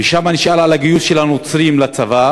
ושם הוא נשאל על הגיוס של הנוצרים לצבא,